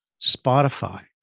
Spotify